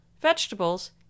vegetables